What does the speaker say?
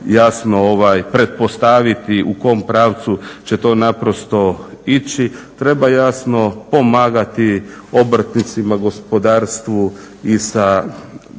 jasno pretpostaviti u kom pravcu će to naprosto ići. Treba jasno pomagati obrtnicima, gospodarstvu i sa